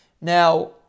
Now